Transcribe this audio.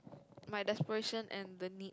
my desperation and the need